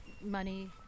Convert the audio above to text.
money